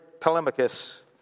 Telemachus